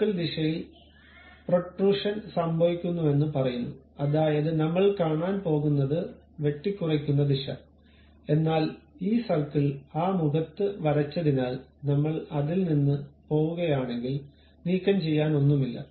circle ദിശയിൽ protrusion സംഭവിക്കുന്നുവെന്ന് പറയുന്നു അതായത് നമ്മൾ കാണാൻ പോകുന്നത് വെട്ടിക്കുറയ്ക്കുന്ന ദിശ എന്നാൽ ഈ സർക്കിൾ ആ മുഖത്ത് വരച്ചതിനാൽ നമ്മൾ അതിൽ നിന്ന് പോകുകയാണെങ്കിൽ നീക്കംചെയ്യാൻ ഒന്നുമില്ല